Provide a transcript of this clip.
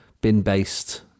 bin-based